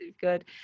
good